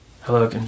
Hello